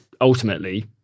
ultimately